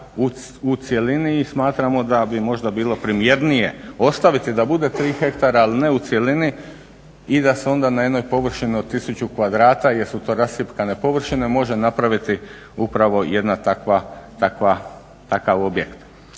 u cjelini i smatramo da bi možda bilo primjernije ostaviti da bude 3 hektara, ali ne u cjelini i da se onda na jednoj površini od 1000 kvadrata, jer su to rascjepkane površine može napraviti upravo jedna takav objekt.